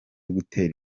gutera